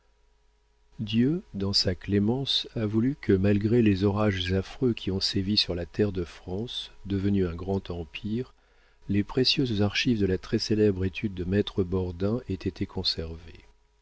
dieu dans sa clémence a voulu que malgré les orages affreux qui ont sévi sur la terre de france devenue un grand empire les précieuses archives de la très célèbre étude de maître bordin aient été conservées